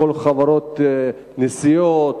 כל חברות הנסיעות,